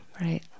right